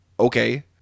Okay